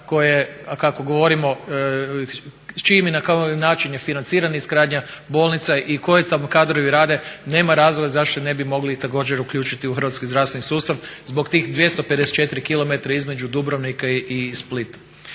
je kako govorimo s čim i na koji način je financirana izgradnja bolnica i koji tamo kadrovi rade nema razloga zašto ne bi mogli također uključiti u hrvatski zdravstveni sustav, zbog tih 254km između Dubrovnika i Splita.